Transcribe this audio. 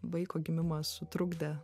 vaiko gimimas sutrukdė